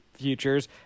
futures